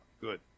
Good